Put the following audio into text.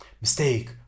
mistake